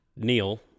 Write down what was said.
Neil